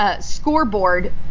scoreboard